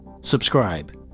subscribe